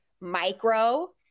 micro